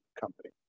company